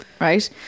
right